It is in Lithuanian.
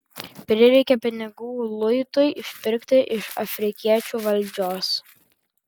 prireikė pinigų luitui išpirkti iš afrikiečių valdžios